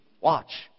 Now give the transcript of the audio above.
watch